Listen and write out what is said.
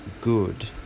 good